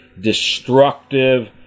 Destructive